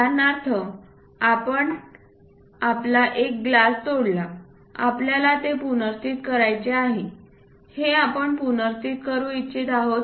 उदाहरणार्थ आपण आपला एक ग्लास तोडला आपल्याला हे पुनर्स्थित करायचे आहे हे आपण पुनर्स्थित करू इच्छित आहोत